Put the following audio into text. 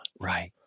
Right